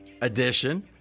edition